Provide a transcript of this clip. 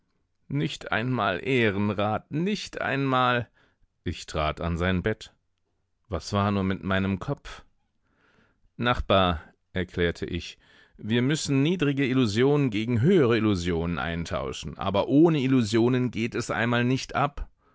nicht einmal ehrenrat nicht einmal ich trat an sein bett was war nur mit meinem kopf nachbar erklärte ich wir müssen niedrige illusionen gegen höhere illusionen eintauschen aber ohne illusionen geht es einmal nicht ab